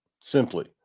simply